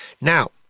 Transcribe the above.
Now